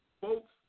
Folks